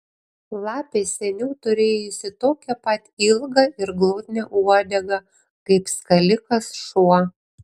lapė seniau turėjusi tokią pat ilgą ir glotnią uodegą kaip skalikas šuo